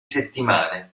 settimane